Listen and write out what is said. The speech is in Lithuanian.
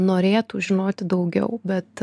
norėtų žinoti daugiau bet